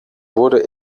wurde